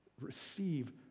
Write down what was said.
receive